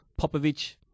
Popovich